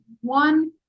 One